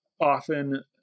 Often